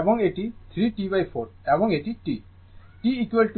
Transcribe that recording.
এবং এটি 3 T4 এবং এটি T